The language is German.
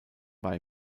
war